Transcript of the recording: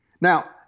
Now